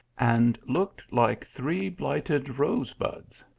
and looked like three blighted rose buds,